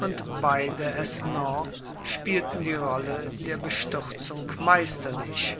und beide aisnon spielten die rolle der bestürzung meisterlich